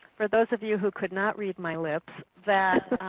for those of you who could not read my lips, that